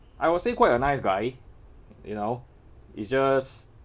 I would say quite a nice guy you know it's just